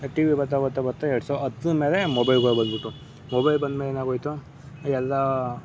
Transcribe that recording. TV ಬರ್ತಾ ಬರ್ತಾ ಬರ್ತಾ ಎರ್ಡು ಸಾವ್ರ ಹತ್ರ ಮೇಲೆ ಮೊಬೈಲ್ಗಳು ಬಂದ್ಬಿಟ್ಟು ಮೊಬೈಲ್ ಬಂದ್ಮೇಲೆ ಏನಾಗೋಯಿತು ಎಲ್ಲ